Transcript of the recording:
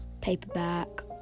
paperback